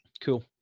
Cool